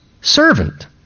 servant